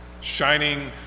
shining